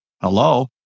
Hello